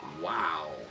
Wow